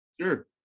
Sure